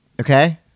Okay